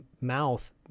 mouth